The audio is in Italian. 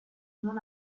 non